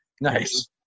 Nice